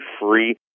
free